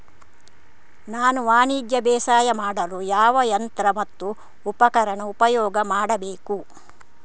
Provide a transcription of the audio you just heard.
ನಾನು ವಾಣಿಜ್ಯ ಬೇಸಾಯ ಮಾಡಲು ಯಾವ ಯಂತ್ರ ಮತ್ತು ಉಪಕರಣ ಉಪಯೋಗ ಮಾಡಬೇಕು?